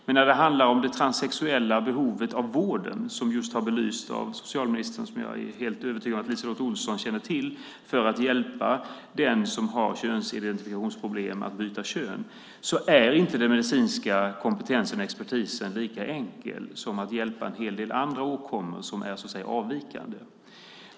Men när det handlar om det transsexuella behovet av vården, som just har belysts av socialministern, som jag är helt övertygad om att LiseLotte Olsson känner till, för att hjälpa den som har könsidentifikationsproblem att byta kön, är det inte den medicinska kompetensen och expertisen lika enkel som att hjälpa en hel del andra åkommor som är så att säga avvikande.